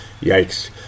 Yikes